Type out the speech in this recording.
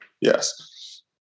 Yes